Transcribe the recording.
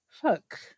fuck